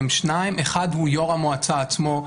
הם שניים: אחד הוא יו"ר המועצה עצמו,